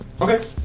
Okay